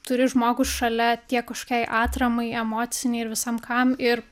turi žmogų šalia tiek kažkokiai atramai emocinei ir visam kam ir